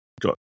got